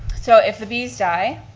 so if the bees die,